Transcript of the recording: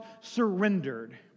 surrendered